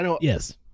Yes